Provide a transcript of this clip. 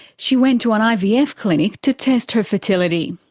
she went to an ivf clinic to test her fertility.